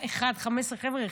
15 חבר'ה,